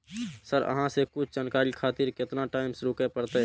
Sir अहाँ से कुछ जानकारी खातिर केतना टाईम रुके परतें?